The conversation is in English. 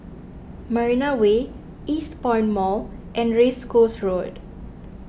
Marina Way Eastpoint Mall and Race Course Road